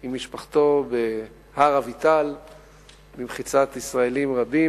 עם משפחתו בהר-אביטל במחיצת ישראלים רבים,